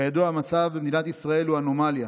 כידוע, המצב במדינת ישראל הוא אנומליה: